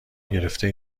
گرفته